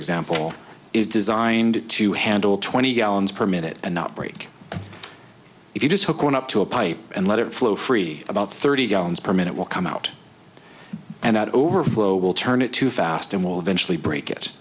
example is designed to handle twenty gallons per minute and not break if you just hook it up to a pipe and let it flow free about thirty gallons per minute will come out and that overflow will turn it too fast and will eventually break it